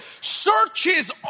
searches